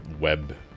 web